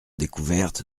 découverte